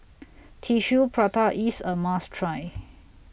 Tissue Prata IS A must Try